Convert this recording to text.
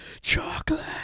Chocolate